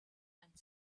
and